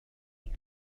here